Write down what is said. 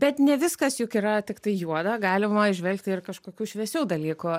bet ne viskas juk yra tiktai juoda galima įžvelgti ir kažkokių šviesių dalykų